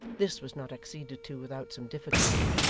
this was not acceded to without some difficulty,